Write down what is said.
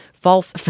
False